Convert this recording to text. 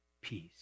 Peace